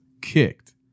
kicked